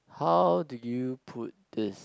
how did you put this